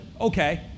okay